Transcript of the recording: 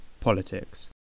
politics